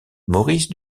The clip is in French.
maurice